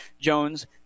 Jones